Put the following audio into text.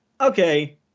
okay